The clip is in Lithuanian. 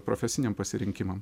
profesiniam pasirinkimam